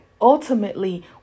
ultimately